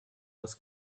was